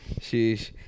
Sheesh